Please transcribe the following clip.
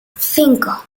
cinco